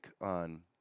on